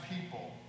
people